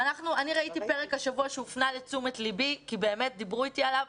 אני ראיתי השבוע פרק שהופנה לתשומת לבי ודיברו אתי עליו